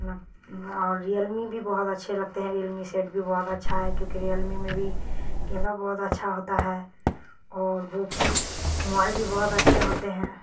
اور ریئلمی بھی بہت اچھے لگتے ہیں ریئلمی سیٹ بھی بہت اچھا ہے کیونکہ ریئلمی میں بھی کیمرہ بہت اچھا ہوتا ہے اور وہ موبائل بھی بہت اچھے ہوتے ہیں